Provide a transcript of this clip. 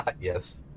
Yes